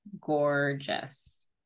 gorgeous